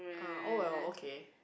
ah oh well okay